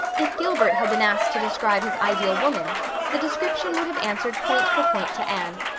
if gilbert had been asked to describe his ideal woman the description would have answered point for point to anne,